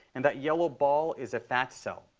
and that yellow ball is a fat cell.